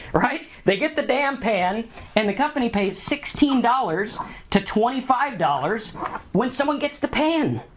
right, they get the damn pan and the company pays sixteen dollars to twenty five dollars when someone gets the pan.